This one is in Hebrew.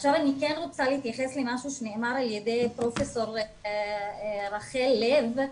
עכשיו אני כן רוצה להתייחס למשהו שנאמר על ידי פרופסור רחל לב.